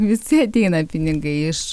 visi ateina pinigai iš